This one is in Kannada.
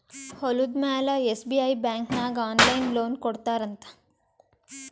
ಹೊಲುದ ಮ್ಯಾಲ ಎಸ್.ಬಿ.ಐ ಬ್ಯಾಂಕ್ ನಾಗ್ ಆನ್ಲೈನ್ ಲೋನ್ ಕೊಡ್ತಾರ್ ಅಂತ್